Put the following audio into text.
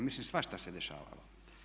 Mislim svašta se dešavalo.